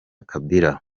kabila